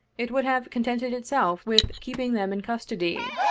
it would have contented itself with keeping them in custody,